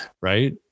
Right